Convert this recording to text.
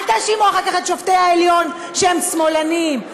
אל תאשימו אחר כך את שופטי העליון שהם שמאלנים,